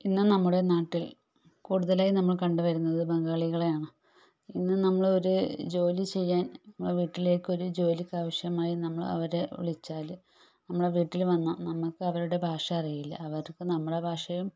ഇന്ന് നമ്മുടെ നാട്ടിൽ കൂടുതലായി നമ്മൾ കണ്ടുവരുന്നത് ബംഗാളികളെയാണ് ഇന്ന് നമ്മൾ ഒരു ജോലി ചെയ്യാൻ വീട്ടിലേക്ക് ഒരു ജോലിക്കാവശ്യമായി നമ്മൾ അവരെ വിളിച്ചാൽ നമ്മുടെ വീട്ടിൽ വന്നാൽ നമ്മൾക്ക് അവരുടെ ഭാഷ അറിയില്ല അവർക്ക് നമ്മുടെ ഭാഷയും